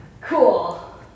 Cool